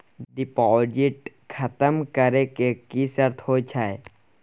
Deposit खतम करे के की सर्त होय छै?